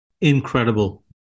Incredible